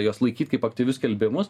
juos laikyt kaip aktyvius skelbimus